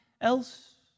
else